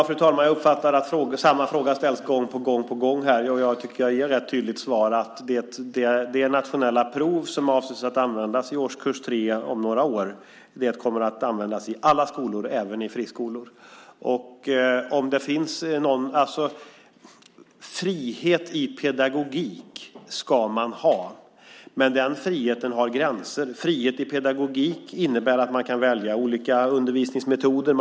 Fru talman! Jag uppfattar att samma fråga ställs gång på gång. Jag tycker att jag har gett ett tydligt svar. De nationella prov som avses att användas i årskurs 3 om några år kommer att användas i alla skolor, även i friskolor. Frihet i pedagogik ska man ha, men den friheten har gränser. Frihet i pedagogik innebär att man kan välja olika undervisningsmetoder.